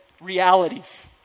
realities